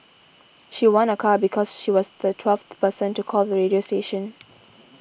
she won a car because she was the twelfth person to call the radio station